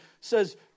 says